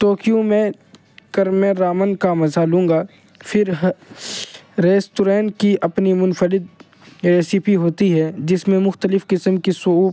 Tokyo میں کرمیرمن کا مزہ لوں گا پھر ریسٹورینٹ کی اپنی منفرد ریسیپی ہوتی ہے جس میں مختلف قسم کی سوپ